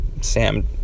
Sam